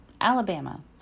Alabama